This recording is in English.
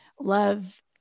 love